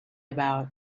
about